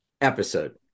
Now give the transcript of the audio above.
episode